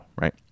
right